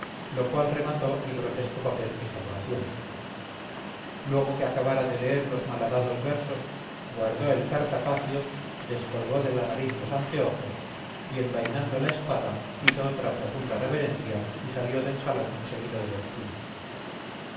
lo cual remató el grotesco papel que estaba haciendo luego que acabara de leer los malhadados versos guardó el cartapacio descolgó de la nariz los anteojos y envainando la espada hizo otra profunda reverencia y salió del salón seguido de los suyos